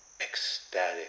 ecstatic